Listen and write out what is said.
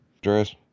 dress